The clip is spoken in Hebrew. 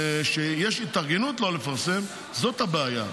לא לפרסם זאת הבעיה.